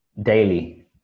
daily